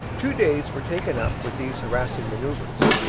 two days were taken up with these harassing manoeuvres,